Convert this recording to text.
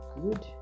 good